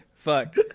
fuck